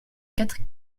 quatre